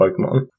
Pokemon